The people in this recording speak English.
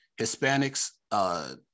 Hispanics